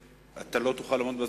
אתה לא תוכל לעמוד בזמן,